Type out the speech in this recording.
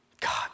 God